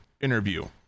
interview